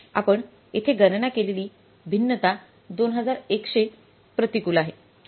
आपण येथे गणना केलेली भिन्नता 2100 प्रतिकूल आहे